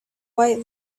white